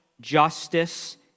justice